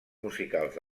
musicals